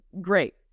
great